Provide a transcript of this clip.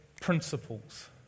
principles